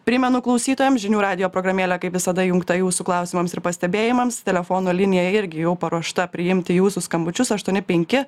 primenu klausytojam žinių radijo programėlė kaip visada įjungta jūsų klausimams ir pastebėjimams telefono linija irgi jau paruošta priimti jūsų skambučius aštuoni penki